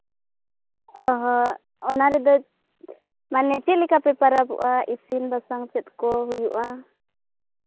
ᱚ ᱦᱚᱸ ᱚᱱᱟ ᱨᱮᱫᱚ ᱢᱟᱱᱮ ᱪᱮᱫᱞᱮᱠᱟ ᱯᱮ ᱯᱚᱨᱚᱵᱚᱜᱼᱟ ᱤᱥᱤᱱ ᱵᱟᱥᱟᱝ ᱪᱮᱫ ᱠᱚ ᱦᱩᱭᱩᱜᱼᱟ